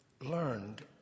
learned